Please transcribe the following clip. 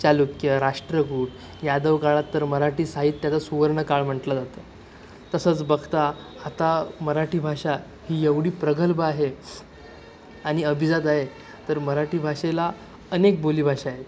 चालुक्य राष्ट्रकूट यादवकाळात तर मराठी साहित्याचा सुवर्णकाळ म्हटलं जातं तसंच बघता हा मराठी भाषा ही एवढी प्रगल्भ आहे आणि अभिजात आहे तर मराठी भाषेला अनेक बोलीभाषा आहेत